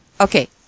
Okay